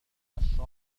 الشاطئ